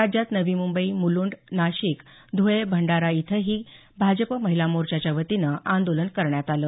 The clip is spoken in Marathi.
राज्यात नवी मुंबई मुलंड नाशिक धुळे भंडारा इथंही करत भाजप महिला मोर्चाच्या वतीन आदोलन करण्यात आलं